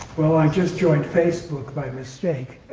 well, i just joined facebook by mistake.